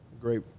great